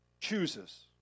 chooses